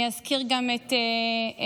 אני אזכיר את עאידה,